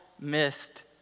missed